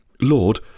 Lord